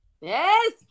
Yes